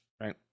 right